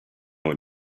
what